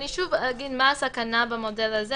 הסכנה במודל הזה,